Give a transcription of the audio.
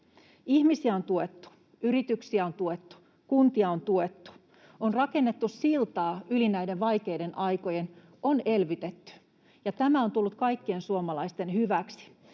Ihmisiä on tuettu, yrityksiä on tuettu, kuntia on tuettu. On rakennettu siltaa yli näiden vaikeiden aikojen. On elvytetty. Ja tämä on tullut kaikkien suomalaisten hyväksi.